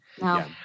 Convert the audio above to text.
No